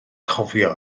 cofio